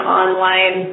online